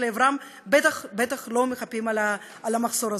לעברם בטח ובטח לא מחפות על המחסור הזה.